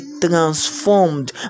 transformed